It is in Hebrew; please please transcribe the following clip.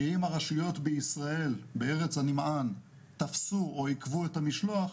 שאם הרשויות בישראל בארץ הנמען תפסו או עכבו את המשלוח,